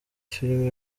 filime